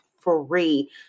free